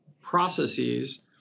processes